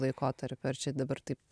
laikotarpiu ar čia dabar taip